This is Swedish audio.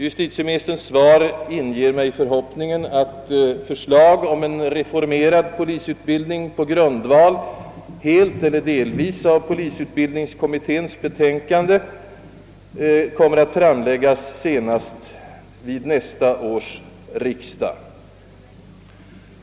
Justitieministerns svar inger mig förhoppningen, att förslag om en reformerad polisutbildning på grundval, helt eller delvis, av polisutbildningskommitténs betänkande kommer att framläggas senast vid nästa års riksdag.